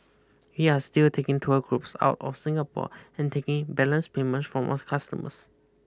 we are still taking tour groups out of Singapore and taking in balance payments from our customers